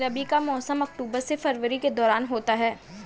रबी का मौसम अक्टूबर से फरवरी के दौरान होता है